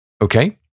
Okay